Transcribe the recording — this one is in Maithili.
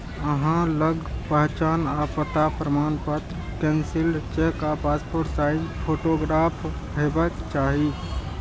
अहां लग पहचान आ पता प्रमाणपत्र, कैंसिल्ड चेक आ पासपोर्ट साइज फोटोग्राफ हेबाक चाही